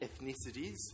ethnicities